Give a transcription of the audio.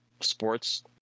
sports